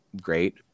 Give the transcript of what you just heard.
great